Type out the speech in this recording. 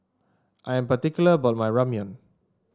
I am particular about my Ramyeon